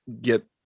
get